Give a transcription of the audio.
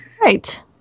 Right